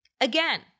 Again